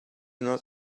not